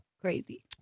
Crazy